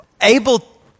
able